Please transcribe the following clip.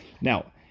Now